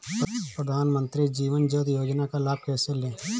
प्रधानमंत्री जीवन ज्योति योजना का लाभ कैसे लें?